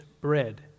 bread